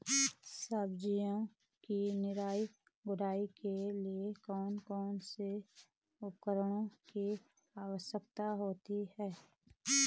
सब्जियों की निराई गुड़ाई के लिए कौन कौन से उपकरणों की आवश्यकता होती है?